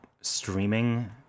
streaming